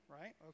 right